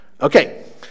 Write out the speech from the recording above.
Okay